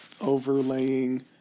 overlaying